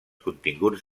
continguts